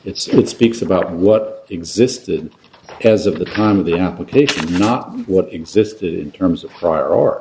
still speaks about what existed as of the time of the application not what existed in terms of prior or